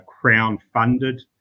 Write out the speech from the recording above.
Crown-funded